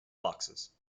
boxes